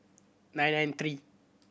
nine nine three